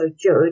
judge